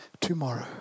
tomorrow